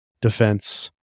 defense